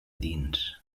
dins